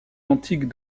antiques